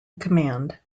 command